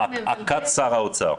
כץ שר האוצר.